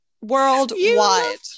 worldwide